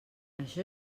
això